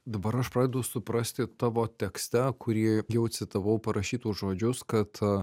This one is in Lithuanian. dabar aš pradedu suprasti tavo tekste kurį jau citavau parašytus žodžius kad